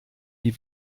die